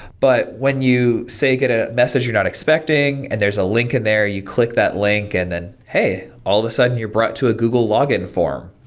but when you say, get a message you're not expecting and there's a link in there, you click that link and then hey, all of a sudden you're brought to a google login form,